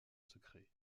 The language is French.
secret